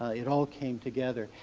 it all came together,